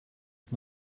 ist